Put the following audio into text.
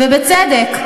ובצדק.